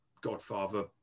godfather